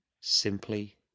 simply